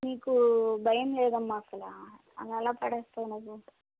మీకూ భయం లేదు అమ్మా అస్సలు అలా ఎలా పడేస్తావు నువ్వు